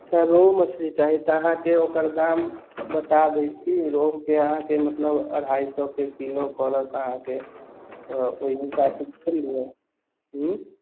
अच्छा रहु मछली चाही तऽ अहाँकेँ ओकर दाम बता देइत छी रहुके अहाँकेँ मतलब अढ़ाइ सए के किलो पड़त अहाँकेँ तऽ ओहि हिसाब से जोड़ि लिअऽ